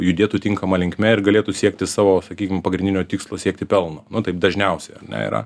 judėtų tinkama linkme ir galėtų siekti savo sakykim pagrindinio tikslo siekti pelno nu taip dažniausiai ar ne yra